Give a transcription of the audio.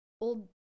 old